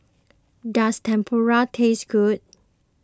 does Tempura taste good